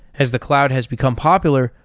as the cloud has become popular,